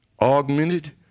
augmented